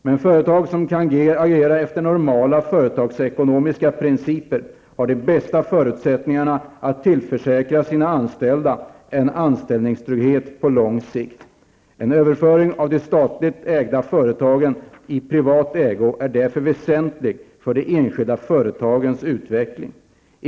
Men företag som kan agera efter normala företagsekonomiska principer har de bästa förutsättningarna att tillförsäkra sina anställda en anställningstrygghet på lång sikt. En överföring av de statligt ägda företagen till privat ägo är därför väsentlig för de enskilda företagens utveckling.